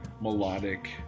melodic